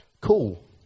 Cool